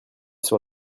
sur